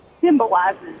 symbolizes